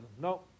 No